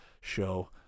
show